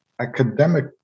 academic